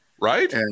Right